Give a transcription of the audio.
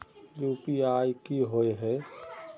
UPI की होय है?